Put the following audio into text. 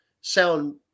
sound